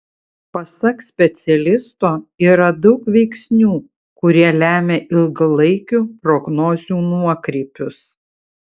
pasak specialisto yra daug veiksnių kurie lemia ilgalaikių prognozių nuokrypius